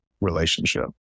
relationship